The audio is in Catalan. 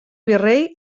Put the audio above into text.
virrei